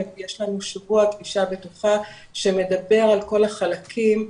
יש לנו שבוע גלישה בטוחה שמדבר על כל החלקים,